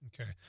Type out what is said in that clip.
okay